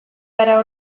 gara